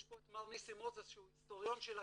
יש פה את מר ניסים מוזס שהוא היסטוריון של הקהילה,